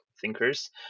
thinkers